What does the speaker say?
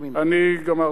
אני גמרתי בזה.